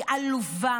היא עלובה,